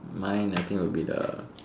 mine I think would be the